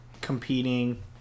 competing